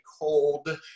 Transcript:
cold